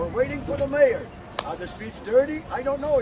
we're waiting for the mayor of the street thirty i don't know